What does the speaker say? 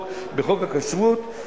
בחוק הכשרות,